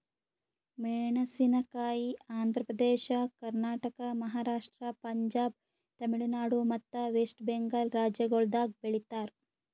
ಮೇಣಸಿನಕಾಯಿ ಆಂಧ್ರ ಪ್ರದೇಶ, ಕರ್ನಾಟಕ, ಮಹಾರಾಷ್ಟ್ರ, ಪಂಜಾಬ್, ತಮಿಳುನಾಡು ಮತ್ತ ವೆಸ್ಟ್ ಬೆಂಗಾಲ್ ರಾಜ್ಯಗೊಳ್ದಾಗ್ ಬೆಳಿತಾರ್